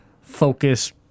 focus